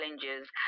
challenges